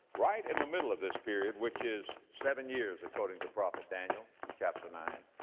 right in the middle of this period, which is seven years according to prophet daniel chapter nine.